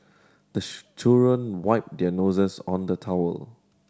the children wipe their noses on the towel